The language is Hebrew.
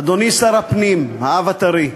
אדוני שר הפנים, האב הטרי,